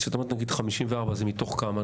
כשאת אומרת נגיד 54, זה מתוך כמה?